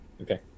okay